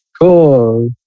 Cool